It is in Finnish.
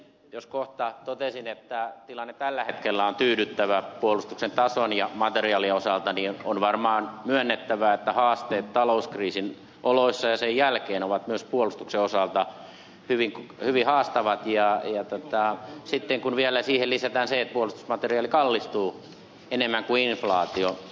jos kohta totesin että tilanne tällä hetkellä on tyydyttävä puolustuksen tason ja materiaalin osalta niin on varmaan myönnettävä että haasteet talouskriisin oloissa ja sen jälkeen ovat myös puolustuksen osalta hyvin haastavat kun siihen lisätään vielä se että puolustusmateriaali kallistuu enemmän kuin inflaatio